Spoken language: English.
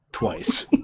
twice